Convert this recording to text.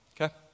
okay